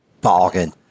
bargain